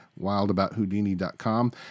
WildAboutHoudini.com